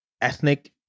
ethnic